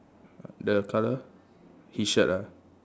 the colour his shirt ah